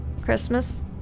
Christmas